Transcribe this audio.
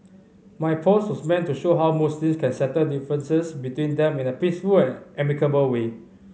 my posts meant to show how Muslims can settle differences between them in a peaceful and amicable way